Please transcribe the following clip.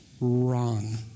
wrong